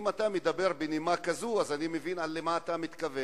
אם אתה מדבר בנימה כזאת, אני מבין למה אתה מתכוון.